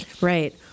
Right